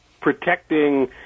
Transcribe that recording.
protecting